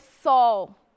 Saul